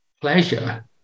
pleasure